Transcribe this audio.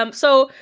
um so,